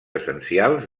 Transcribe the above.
essencials